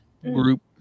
group